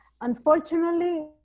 unfortunately